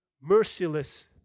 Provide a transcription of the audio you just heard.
merciless